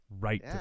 right